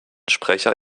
sprecher